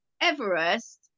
Everest